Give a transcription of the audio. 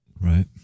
right